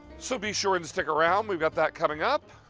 so be sure to stick around, we we have that coming up.